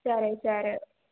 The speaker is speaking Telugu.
సరే సరే